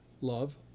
love